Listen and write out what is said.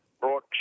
brought